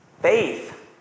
Faith